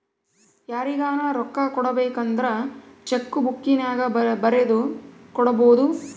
ಯಾರಿಗನ ರೊಕ್ಕ ಕೊಡಬೇಕಂದ್ರ ಚೆಕ್ಕು ಬುಕ್ಕಿನ್ಯಾಗ ಬರೆದು ಕೊಡಬೊದು